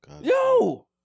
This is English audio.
Yo